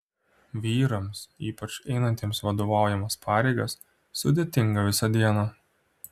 vyrams ypač einantiems vadovaujamas pareigas sudėtinga visa diena